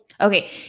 Okay